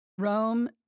Rome